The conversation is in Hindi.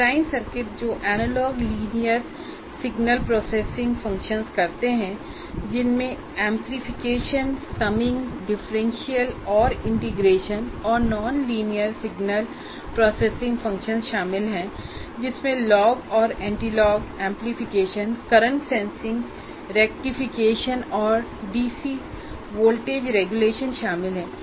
डिज़ाइन सर्किट जो analog linear signal processing functions करते हैं जिनमें एम्प्लीफिकेशन समिंग डिफरेंशियल और इंटीग्रेशन और non linear signal processing functions शामिल हैं जिसमें लॉग और antilog amplification current sensing rectification और डीसी वोल्टेज रेगुलेशन शामिल हैं